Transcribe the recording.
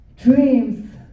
dreams